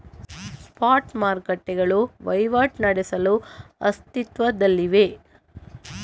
spot ಮಾರುಕಟ್ಟೆಗಳು ವಹಿವಾಟು ನಡೆಸಲು ಅಸ್ತಿತ್ವದಲ್ಲಿವೆ